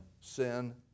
sin